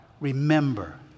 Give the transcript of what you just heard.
remember